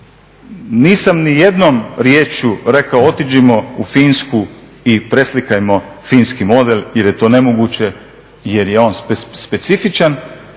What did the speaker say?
nisam nijednom riječju rekao otiđimo u Finsku i preslikajmo finski model jer je to nemoguće jer je on specifičan.